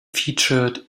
featured